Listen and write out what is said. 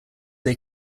they